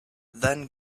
then